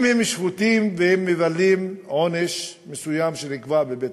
אם הם שפוטים וממלאים עונש מסוים שנקבע בבית-משפט.